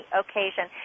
occasion